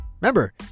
Remember